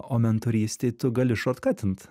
o mentorystėj tu gali šot katint